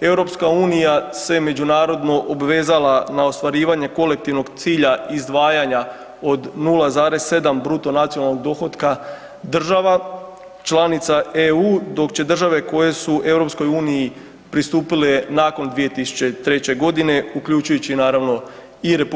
Europska unija se međunarodno obvezala na ostvarivanje kolektivnog cilja izdvajanja od 0,7 bruto nacionalnog dohotka država članica EU dok će države koje su EU pristupile nakon 2003. godine uključujući naravno i RH